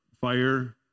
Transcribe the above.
fire